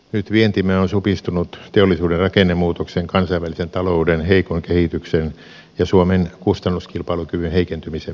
nyt vientimme on supistunut teollisuuden rakennemuutoksen kansainvälisen talouden heikon kehityksen ja suomen kustannuskilpailukyvyn heikentymisen myötä